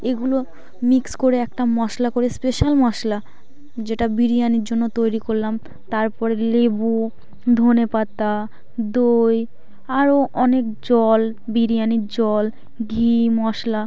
এইগুলো মিক্স করে একটা মশলা করে স্পেশাল মশলা যেটা বিরিয়ানির জন্য তৈরি করলাম তারপরে লেবু ধনেপাতা দই আরও অনেক জল বিরিয়ানির জল ঘি মশলা